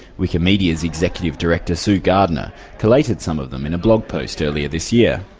wikimedia's executive director sue gardner collated some of them in a blog post earlier this year.